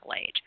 age